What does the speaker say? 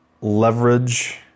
leverage